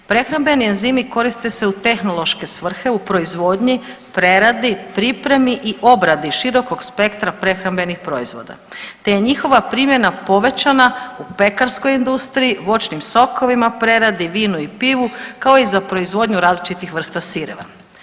Prehrambeni enzimi koriste se u tehnološke svrhe u proizvodnji, preradi, pripremi i obradi širokog spektra prehrambenih proizvoda te je njihova primjena povećana u pekarskoj industriji, voćnim sokovima, preradi vinu i pivu, kao i za proizvodnju različitih vrsta sireva.